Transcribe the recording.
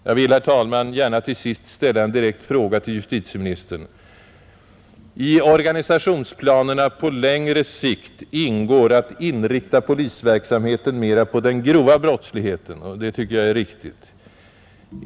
Jag vill, herr talman, gärna till sist ställa en direkt fråga till justitieministern. I organisationsplanerna på längre sikt ingår att inrikta polisverksamheten mera på den grova brottsligheten, och det tycker jag är riktigt.